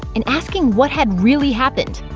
and asking what had really happened.